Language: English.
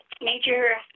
Major